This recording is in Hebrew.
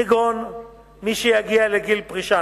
כגון מי שהגיע לגיל פרישה.